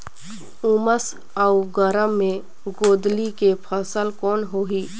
उमस अउ गरम मे गोंदली के फसल कौन होही?